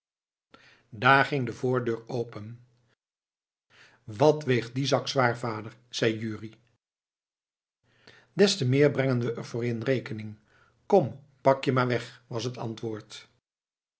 daar ging de voordeur open wat weegt die zak zwaar vader zei jurrie des te meer brengen we er voor in rekening kom pak je maar weg was het antwoord